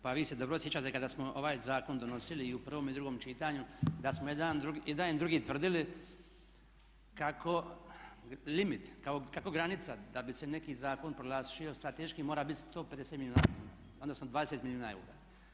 Pa vi se dobro sjećate kada smo ovaj zakon donosili i u prvome i drugom čitanju da smo jedan i drugi tvrdili kako limit, kako granica da bi se neki zakon proglasio strateškim mora biti 150 milijuna kuna, odnosno 20 milijuna eura.